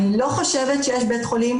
אני לא חושבת שיש בית חולים,